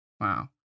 Wow